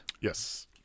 Yes